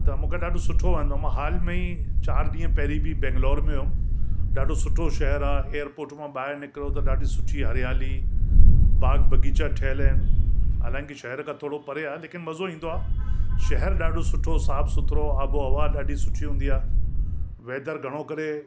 त मूंखे ॾाढो सुठो आहिनि मां हाल में ई चार ॾींहं पहिरीं बि बैंगलोर में हुयमि ॾाढो सुठो शहर आहे एरपोट मां ॿाहिरि निकिरो त ॾाढी सुठी हरियाली बागु बगीचा ठहियल आहिनि हालांकी शहर खां थोरो परे आहे लेकिन मज़ो ईंदो आहे शहर ॾाढो सुठो साफु सुथिरो आबोहवा ॾाढी सुठी हूंदी आहे वैदर घणो करे